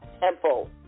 temple